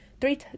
three